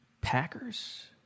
Packers